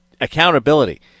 accountability